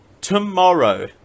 tomorrow